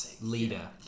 leader